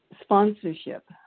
Sponsorship